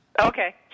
okay